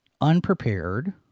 Unprepared